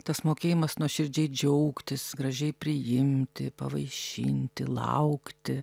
tas mokėjimas nuoširdžiai džiaugtis gražiai priimti pavaišinti laukti